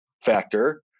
factor